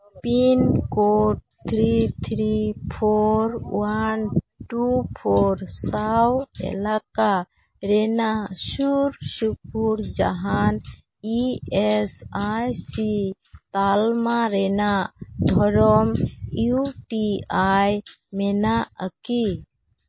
pincode three three four one two four ᱥᱟᱶ ᱮᱞᱟᱠᱟ ᱨᱮᱱᱟᱜ ᱥᱩᱨᱼᱥᱩᱯᱩᱨ ᱡᱟᱦᱟᱱ ᱤ ᱮᱥ ᱟᱭ ᱥᱤ ᱛᱟᱞᱢᱟ ᱨᱮᱱᱟᱜ ᱫᱷᱚᱨᱚᱱ ᱤᱭᱩ ᱴᱤ ᱟᱭ ᱢᱮᱱᱟᱜ ᱟᱠᱤ